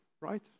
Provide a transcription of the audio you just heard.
right